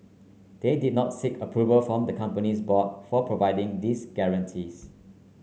they did not seek approval from the company's board for providing these guarantees